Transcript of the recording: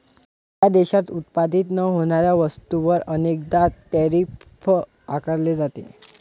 त्या देशात उत्पादित न होणाऱ्या वस्तूंवर अनेकदा टैरिफ आकारले जाते